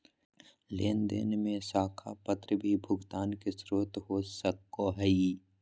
लेन देन में साख पत्र भी भुगतान के स्रोत हो सको हइ